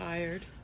Tired